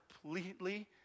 completely